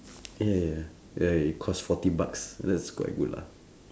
ya ya ya it cost forty bucks that's quite good lah